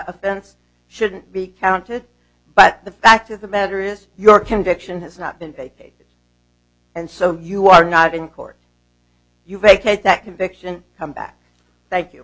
offense shouldn't be counted but the fact of the matter is your conviction has not been and so you are not in court you vacate that conviction come back thank you